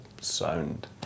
sound